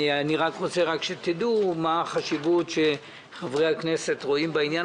אני רוצה שתדעו מה החשיבות שחברי הכנסת רואים בעניין